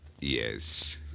Yes